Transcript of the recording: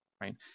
Right